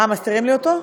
אה, מסתירים לי אותו?